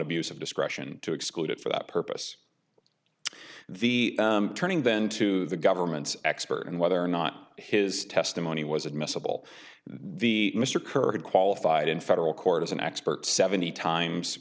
of discretion to exclude it for that purpose the turning then to the government's expert and whether or not his testimony was admissible the mr kerr had qualified in federal court as an expert seventy times